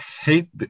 hate